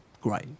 great